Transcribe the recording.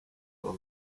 tor